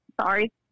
sorry